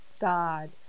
God